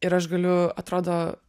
ir aš galiu atrodo